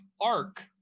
arc